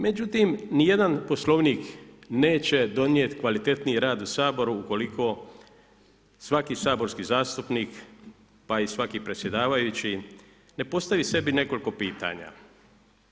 Međutim, ni jedan Poslovnik neće donijeti kvalitetniji rad u Saboru ukoliko svaki saborski zastupnik, pa i svaki predsjedavajući ne postavi sebi nekoliko pitanja.